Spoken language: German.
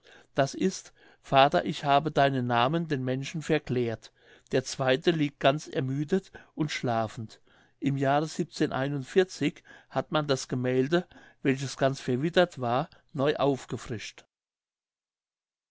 d i vater ich habe deinen namen den menschen verklärt der zweite liegt ganz ermüdet und schlafend im jahre hat man das gemälde welches ganz verwittert war neu aufgefrischt